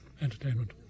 entertainment